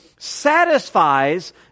satisfies